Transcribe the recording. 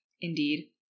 indeed